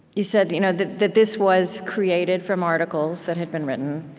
you said you know that that this was created from articles that had been written.